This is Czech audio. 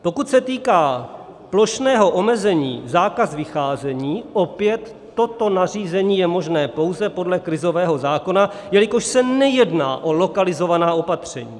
Pokud se týká plošného omezení: zákaz vycházení opět, toto nařízení je možné pouze podle krizového zákona, jelikož se nejedná o lokalizovaná opatření.